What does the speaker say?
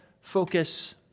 focus